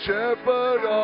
shepherd